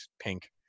pink